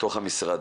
בתוך המשרד.